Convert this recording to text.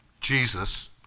Jesus